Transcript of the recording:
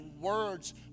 words